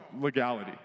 legality